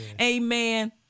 Amen